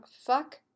fuck